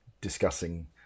discussing